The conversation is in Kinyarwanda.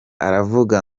aravuga